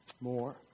more